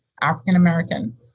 African-American